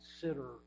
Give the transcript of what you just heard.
consider